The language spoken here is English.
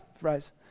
fries